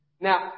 Now